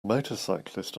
motorcyclist